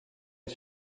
est